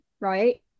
Right